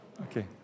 Okay